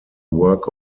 work